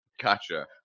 Gotcha